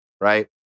right